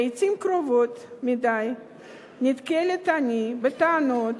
לעתים קרובות מדי נתקלת אני בטענות